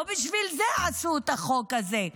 לא בשביל זה עשו את החוק הזה.